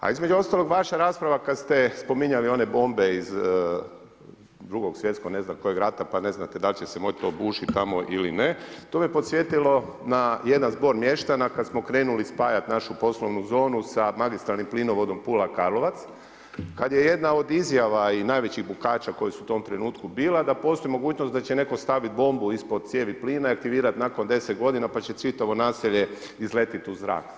A između ostalog vaša rasprava kada ste spominjali one bombe iz Drugog svjetskog ne znam kojeg rata pa ne znate da li će se to moći bušiti tamo ili ne, to me podsjetilo na jedan zbor mještana kada smo krenuli spajati našu poslovnu zonu sa magistralnim plinovodom Pula-Karlovac kada je jedna od izjava i najveći bukača koji su u tom trenutku bila da postoji mogućnost da će neko staviti bombu ispod cijevi plina i aktivirati nakon 10 godina pa će čitavo naselje izletiti u zrak.